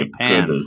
Japan